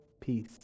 peace